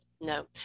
no